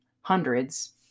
hundreds